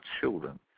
children